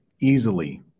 easily